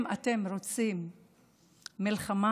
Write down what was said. אם אתם רוצים מלחמה,